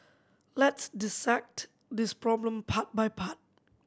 let's dissect this problem part by part